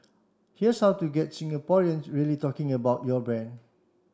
here's how to get Singaporeans really talking about your brand